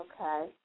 Okay